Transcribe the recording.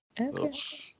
Okay